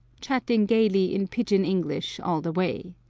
chatting gayly in pidgeon english, all the way.